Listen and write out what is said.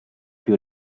più